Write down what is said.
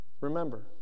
Remember